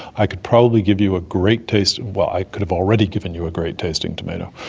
i could probably give you a great taste, well, i could have already given you a great-tasting tomato.